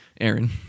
Aaron